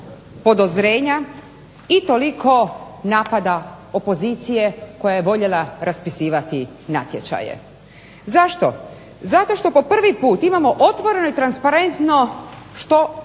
podozrenja i toliko napada opozicije koja je voljela raspisivati natječaje. Zašto? Zato što po prvi put imamo otvoreno i transparentno što